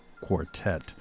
Quartet